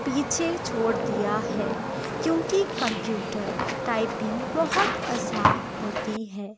پیچھے چھوڑ دیا ہے کیوں کہ کمپیوٹر ٹائپنگ بہت آسان ہوتی ہے